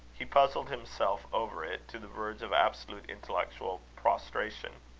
he puzzled himself over it to the verge of absolute intellectual prostration.